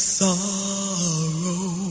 sorrow